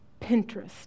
Pinterest